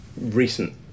recent